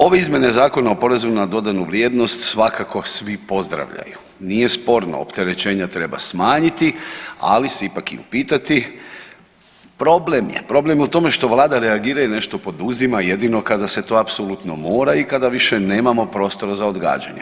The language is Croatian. Ove izmjene Zakona o PDV-u svakako svi pozdravljaju, nije sporno, opterećenja treba smanjiti, ali se ipak i upitati problem je, problem je u tome što vlada reagira i nešto poduzima jedino kada se to apsolutno mora i kada više nemamo prostora za odgađanje.